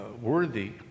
worthy